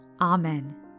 Amen